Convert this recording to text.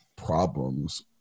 problems